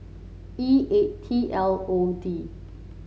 E eight T L O D